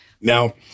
Now